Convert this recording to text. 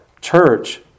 Church